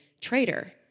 traitor